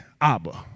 Abba